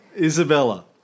Isabella